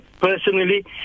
personally